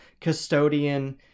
custodian